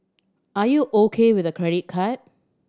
are you O K with a credit card